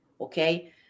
okay